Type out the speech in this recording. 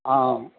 हँ